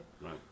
Right